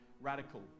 Radical